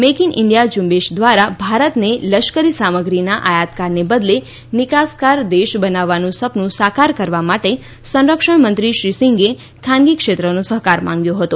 make in India ઝ્રંબેશ દ્વારા ભારતને લશ્કરી સામગ્રીના આયાતકારને બદલે નિકાસકાર દેશ બનાવવાનું સપનું સાકાર કરવા માટે સંરક્ષણ મંત્રી શ્રી સિંઘે ખાનગી ક્ષેત્રનો સહકાર માંગ્યો હતો